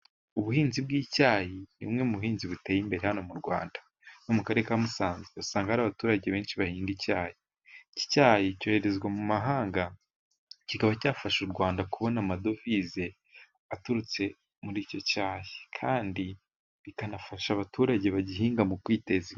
Ubuhinzi bw'icyayi ni bumwe mu buhinzi buteye imbere hano mu Rwanda. Nko mu karere ka Musanze usanga hari abaturage benshi bahinga icyayi. Iki cyayi cyoherezwa mu mahanga, kikaba cyafasha u Rwanda kubona amadovize aturutse muri icyo cyayi. Kandi kikanafasha abaturage bagihinga mu kwiteza imbere.